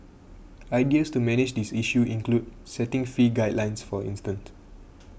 ideas to manage this issue include setting fee guidelines for instance